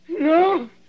no